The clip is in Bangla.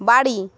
বাড়ি